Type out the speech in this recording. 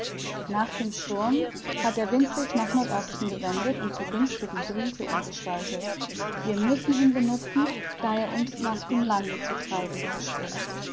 nach dem sturm hat der wind sich nach nordosten gewendet und zur günstigen brise umgestaltet wir müssen ihn benutzen da er uns nach dem lande zu treiben verspricht